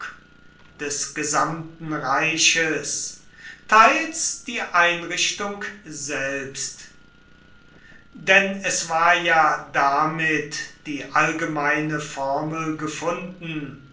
des gesamten reiches teils die einrichtung selbst denn es war ja damit die allgemeine formel gefunden